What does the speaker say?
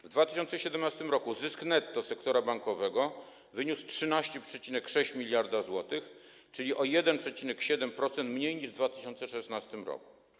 W 2017 r. zysk netto sektora bankowego wyniósł 13,6 mld zł, czyli o 1,7% mniej niż w 2016 r.